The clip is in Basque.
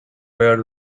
behar